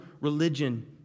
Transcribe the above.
religion